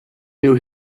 knew